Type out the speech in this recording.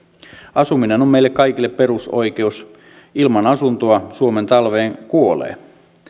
asuminen on meille kaikille perusoikeus ilman asuntoa suomen talveen kuolee